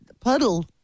puddle